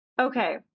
okay